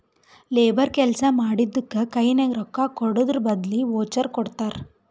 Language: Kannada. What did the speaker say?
ಲೇಬರ್ ಕೆಲ್ಸಾ ಮಾಡಿದ್ದುಕ್ ಕೈನಾಗ ರೊಕ್ಕಾಕೊಡದ್ರ್ ಬದ್ಲಿ ವೋಚರ್ ಕೊಡ್ತಾರ್